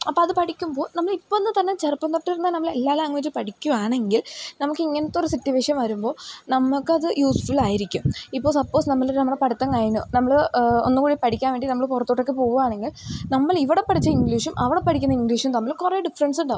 അപ്പോൾ അതു പഠിക്കുമ്പോൾ നമ്മളിപ്പോഴൊന്നു തന്നെ ചെറുപ്പം തൊട്ടിരുന്നു നമ്മൾ എല്ലാ ലാംഗ്വേജും പഠിക്കുകയാണെങ്കിൽ നമക്കിങ്ങനത്തെയൊരു സിറ്റുവേഷൻ വരുമ്പോൾ നമ്മൾക്കത് യൂസ്ഫുൾ ആയിരിക്കും ഇപ്പോൾ സപ്പോസ് നമ്മളൊരു നമ്മുടെ പഠിത്തം കഴിഞ്ഞു നമ്മൾ ഒന്നുകൂടി പഠിക്കാൻ വേണ്ടി നമ്മൾ പുറത്തോട്ടൊക്കെ പോവുകയാണെങ്കിൽ നമ്മളിവിടെ പഠിച്ച ഇംഗ്ലീഷും അവിടെ പഠിക്കുന്ന ഇംഗ്ലീഷും തമ്മിൽ കുറേ ഡിഫ്രൻസുണ്ടാവും